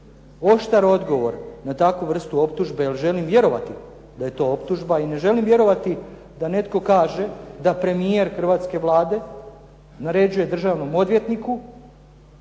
oštar odgovor na takvu vrstu optužbe, jer želim vjerovati da je to optužba i ne želim vjerovati da netko kaže, da premijer hrvatske Vlade naređuje državnom odvjetniku